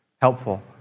helpful